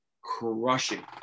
crushing